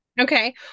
Okay